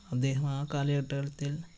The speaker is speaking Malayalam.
അദ്ദേഹം ആ കാലഘട്ടത്തിൽ